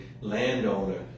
landowner